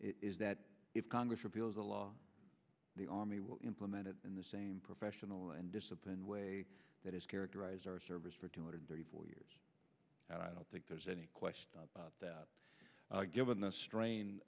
is that if congress repeal the law the army will implemented in the same professional and disciplined way that is characterize our service for two hundred thirty four years and i don't think there's any question about that given the strain